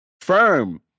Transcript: firm